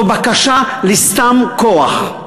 זו בקשה לסתם כוח,